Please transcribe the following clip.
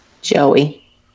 Joey